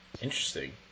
Interesting